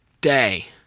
day